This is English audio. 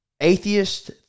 atheist